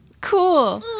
Cool